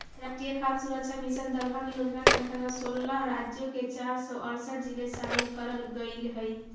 राष्ट्रीय खाद्य सुरक्षा मिशन दलहन योजना के अंतर्गत सोलह राज्यों के चार सौ अरसठ जिले शामिल करल गईल हई